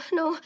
no